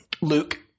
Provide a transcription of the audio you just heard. Luke